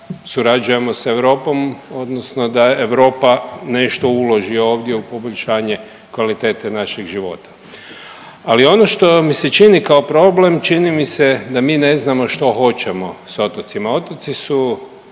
da surađujemo sa Europom, odnosno da Europa nešto uloži ovdje u poboljšanje kvalitete našeg života. Ali ono što mi se čini kao problem čini mi se da mi ne znamo što hoćemo sa otocima. Otoci su